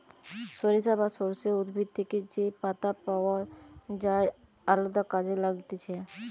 সরিষা বা সর্ষে উদ্ভিদ থেকে যে পাতা পাওয় যায় আলদা কাজে লাগতিছে